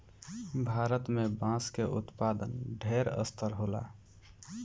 भारत में बांस के उत्पादन ढेर स्तर होला